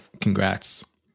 congrats